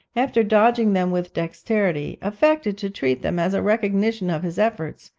after dodging them with dexterity, affected to treat them as a recognition of his efforts,